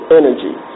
energy